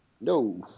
No